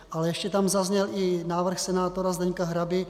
Ale ještě tam zazněl i návrh senátora Zdeňka Hraby.